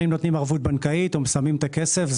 אם נותנים ערבות בנקאית או שמים את הכסף.